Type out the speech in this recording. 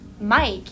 Mike